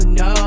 no